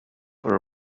for